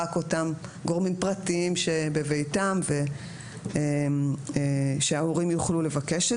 אלא רק אותם גורמים פרטיים שבביתם ושההורים יוכלו לבקש את